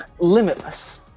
limitless